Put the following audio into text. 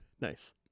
nice